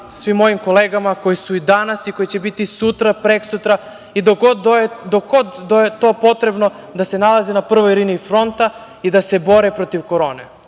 svim mojim kolegama koji su danas, koji će biti i sutra, preksutra, dok god je to potrebno da se nalaze na prvoj liniji fronta i da se bore protiv korone.